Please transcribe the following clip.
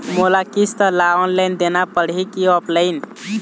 मोला किस्त ला ऑनलाइन देना पड़ही की ऑफलाइन?